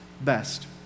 best